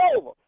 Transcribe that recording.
over